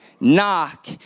Knock